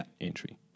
entry